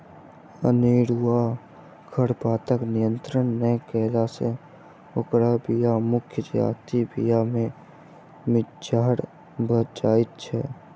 अनेरूआ खरपातक नियंत्रण नै कयला सॅ ओकर बीया मुख्य जजातिक बीया मे मिज्झर भ जाइत छै